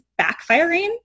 backfiring